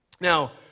Now